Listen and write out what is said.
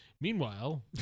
Meanwhile